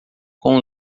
com